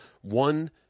one